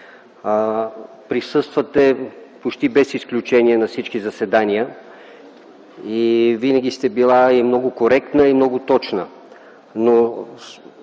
Присъствате почти без изключение на всички заседания и винаги сте била и много коректна, и много точна.